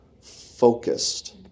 focused